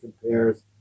compares